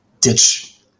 ditch